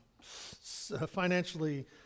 financially